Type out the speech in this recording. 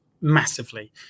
massively